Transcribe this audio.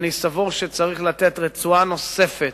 אני סבור שצריך לתת רצועה נוספת,